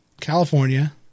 California